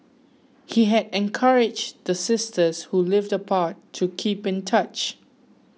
he had encouraged the sisters who lived apart to keep in touch